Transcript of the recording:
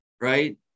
Right